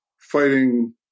fighting